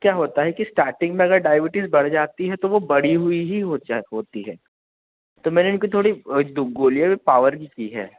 क्या होता है कि स्टार्टिंग में अगर डायबटीज़ बढ़ जाती है तो वो बढ़ी हुई ही हो जा होती है तो मैंने इनको थोड़ी एक तो गोलियाँ भी पावर की की है